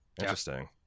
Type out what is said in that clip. Interesting